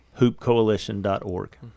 HoopCoalition.org